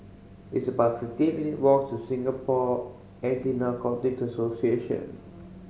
it's about fifty minute walk to Singapore Anti Narcotics Association